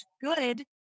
good